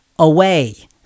away